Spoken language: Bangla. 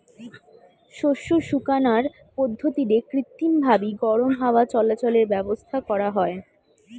শস্য শুকানার পদ্ধতিরে কৃত্রিমভাবি গরম হাওয়া চলাচলের ব্যাবস্থা করা হয়